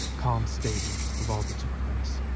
calm statement of all that took place.